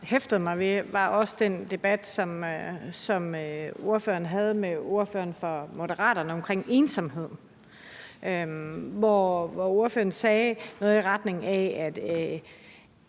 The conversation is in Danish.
hæftet mig ved, var også den debat, som ordføreren havde med ordføreren for Moderaterne, om ensomhed, hvor der var en diskussion om det